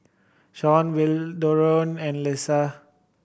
Sean and Lesa